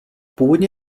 původně